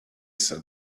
said